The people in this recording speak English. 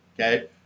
okay